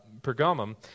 Pergamum